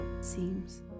seems